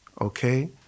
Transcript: okay